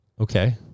Okay